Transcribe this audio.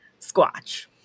Squatch